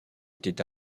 était